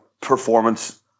performance